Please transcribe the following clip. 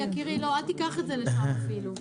יקירי, אל תיקח את זה לשם אפילו.